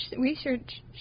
research